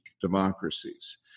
democracies